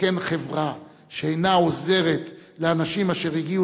שכן חברה שאינה עוזרת לאנשים אשר הגיעו